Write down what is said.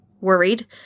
Worried